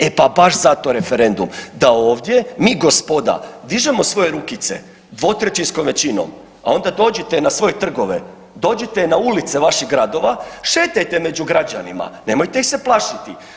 E pa baš zato, referendum, da ovdje, mi gospoda, dižemo svoje rukice dvotrećinskom većinom, a onda dođite na svoje trgove, dođite na ulice vaših gradova, šetajte među građanima, nemojte ih se plašiti.